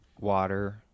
Water